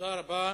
תודה רבה.